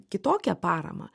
kitokią paramą